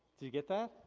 did you get that?